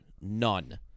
None